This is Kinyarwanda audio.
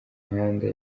muhanda